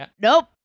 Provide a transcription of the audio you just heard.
Nope